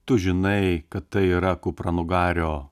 tu žinai kad tai yra kupranugario